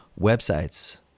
websites